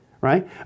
right